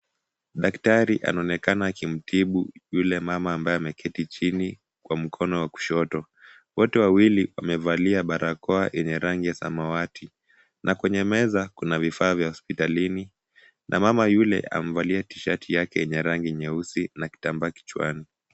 Daktari anaonekana akimtibu yule mama ambaye ameketi chini kwa mkono wa kushoto, wote wawili wamevalia barakoa yenye rangi ya samawati na kwenye meza kuna vifaa vya hospitalini na mama yule amevalia tishati yake yenye rangi nyeusi na kitambaa kichwani.